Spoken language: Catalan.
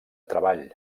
treball